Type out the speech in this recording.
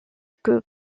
que